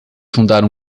fundaram